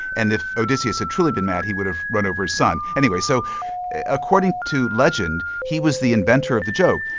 and if odysseus had truly been mad he would have run over his son. anyway, so according to legend he was the inventor of the joke,